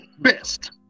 best